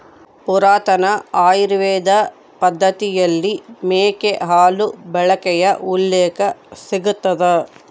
ಪುರಾತನ ಆಯುರ್ವೇದ ಪದ್ದತಿಯಲ್ಲಿ ಮೇಕೆ ಹಾಲು ಬಳಕೆಯ ಉಲ್ಲೇಖ ಸಿಗ್ತದ